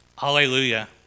Hallelujah